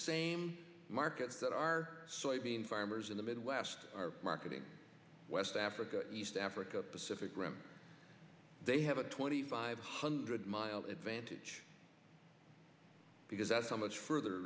same markets that are soybean farmers in the midwest are marketing west africa east africa pacific rim they have a twenty five hundred mile advantage because that's how much further